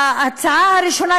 ההצעה הראשונה,